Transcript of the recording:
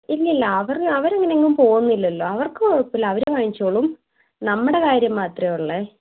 ഇല്ല ഇല്ല അവർ അവർ അങ്ങനെ എങ്ങും പോകുന്നില്ലല്ലോ അവർക്ക് കുഴപ്പം ഇല്ല അവർ അങ്ങ് വാങ്ങിച്ചോളും നമ്മുടെ കാര്യം മാത്രമേ ഉള്ളൂ